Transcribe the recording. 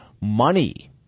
money